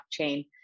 blockchain